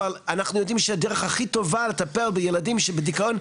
אבל אנחנו יודעים שהדרך הכי טובה לטפל בילדים שבדיכאון,